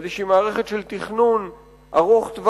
באיזושהי מערכת של תכנון ארוך-טווח,